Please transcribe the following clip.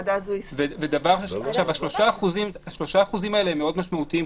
ה-3% האלה מאוד משמעותיים,